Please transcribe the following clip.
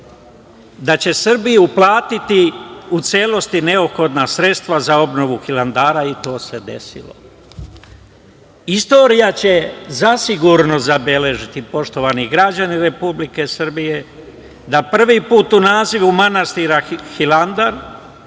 da će Srbija uplatiti u celost neophodna sredstva za obnovu Hilandara i to se desilo. Istorija će zasigurno zabeležiti poštovani građani Republike Srbije da prvi put u nazivu manastira Hilandar